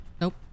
nope